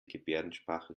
gebärdensprache